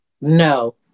no